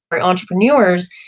entrepreneurs